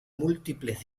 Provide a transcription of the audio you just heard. múltiples